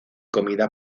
comida